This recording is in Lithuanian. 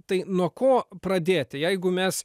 tai nuo ko pradėti jeigu mes